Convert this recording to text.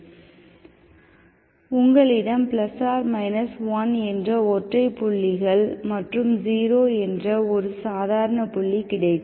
⇒ உங்களிடம் ± 1 என்ற ஒற்றை புள்ளிகள் மற்றும் 0 என்ற ஒரு சாதாரண புள்ளி கிடைக்கும்